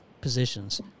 positions